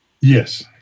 Yes